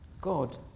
God